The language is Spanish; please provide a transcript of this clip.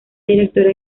directora